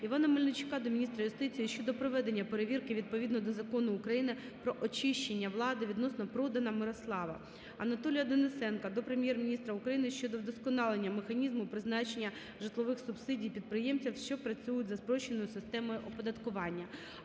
Івана Мельничука до міністра юстиції України щодо проведення перевірки відповідно до Закону України "Про очищення влади" відносно Продана Мирослава. Анатолія Денисенка до Прем'єр-міністра України щодо вдосконалення механізму призначення житлових субсидій підприємцям, що працюють за спрощеною системою оподаткування.